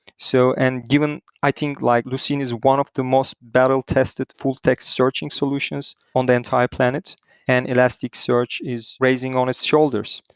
so and i think like lucene is one of the most battle-tested full text searching solutions on the entire planet and elasticsearch is racing on its shoulders.